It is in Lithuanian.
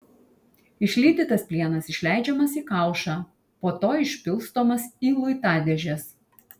išlydytas plienas išleidžiamas į kaušą po to išpilstomas į luitadėžes